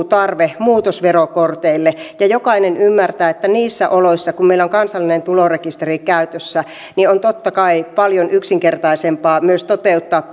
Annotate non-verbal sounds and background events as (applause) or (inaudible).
(unintelligible) tarve muutosverokorteille ja jokainen ymmärtää että niissä oloissa kun meillä on kansallinen tulorekisteri käytössä on totta kai paljon yksinkertaisempaa myös toteuttaa (unintelligible)